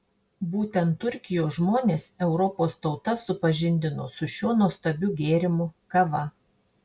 būtent turkijos žmonės europos tautas supažindino su šiuo nuostabiu gėrimu kava